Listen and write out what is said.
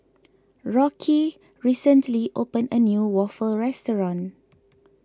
Rocky recently opened a new Waffle restaurant